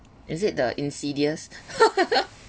is it the insidious